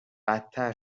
بدتر